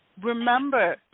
remember